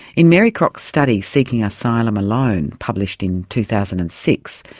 in mary crock's study, seeking asylum alone, published in two thousand and six,